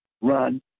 Run